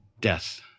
death